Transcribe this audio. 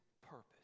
purpose